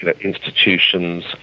institutions